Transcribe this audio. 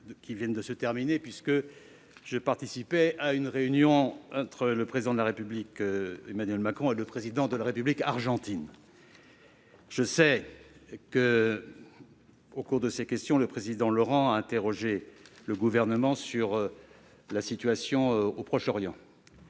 qui vient de se terminer, parce que je participais à une réunion entre le Président de la République, Emmanuel Macron, et le Président de la République argentine. Au cours de cette séance, M. Pierre Laurent a interrogé le Gouvernement sur la situation au Proche-Orient